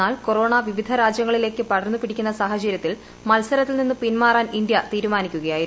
എന്നാൽ കൊറോണ വിവിധ രാജ്യങ്ങളിലേക്ക് പടർന്നു പിടിക്കുന്ന സാഹചര്യത്തിൽ മത്സരത്തിൽ നിന്നു പിന്മാറാൻ ഇന്ത്യ തീരുമാനിക്കുകയായിരുന്നു